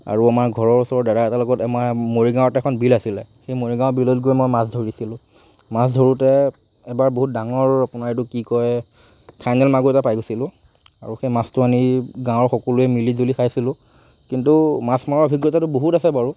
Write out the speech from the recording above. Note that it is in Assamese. আৰু আমাৰ ঘৰৰ ওচৰৰ দাদা এটাৰ লগত আমাৰ মৰিগাঁৱত এখন বিল আছিলে সেই মৰিগাঁৱৰ বিলত গৈ মই মাছ ধৰিছিলোঁ মাছ ধৰোঁতে এবাৰ বহুত ডাঙৰ আপোনাৰ এইটো কি কয় থাইলেণ্ড মাগুৰ এটা পাই গৈছিলোঁ আৰু সেই মাছটো আনি গাঁৱৰ সকলোৱে মিলি জুলি খাইছিলোঁ কিন্তু মাছ মৰা অভিজ্ঞতাটো বহুত আছে বাৰু